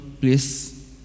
Please